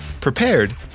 prepared